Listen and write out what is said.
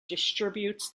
distributes